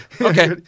okay